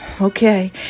okay